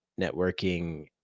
networking